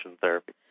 therapy